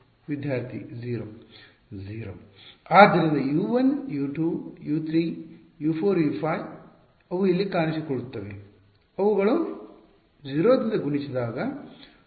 0 ಆದ್ದರಿಂದ U 1 U 4 U 5 ಅವು ಇಲ್ಲಿ ಕಾಣಿಸಿಕೊಳ್ಳುತ್ತವೆ ಅವುಗಳು 0 ದಿಂದ ಗುಣಿಸಿದಾಗ ಅವುಗಳು ಗೋಚರಿಸುವುದಿಲ್ಲ